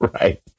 Right